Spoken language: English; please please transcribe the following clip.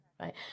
right